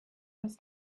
was